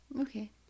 Okay